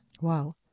Wow